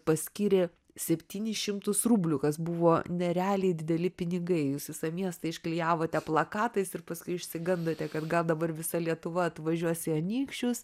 paskyrė septynis šimtus rublių kas buvo nerealiai dideli pinigai jūs visą miestą išklijavote plakatais ir paskui išsigandote kad gal dabar visa lietuva atvažiuos į anykščius